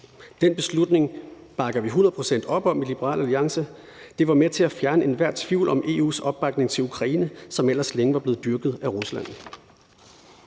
Den beslutning bakker vi hundrede procent op om i Liberal Alliance. Det var med til at fjerne enhver tvivl om EU's opbakning til Ukraine, som ellers længe var blevet dyrket af Rusland.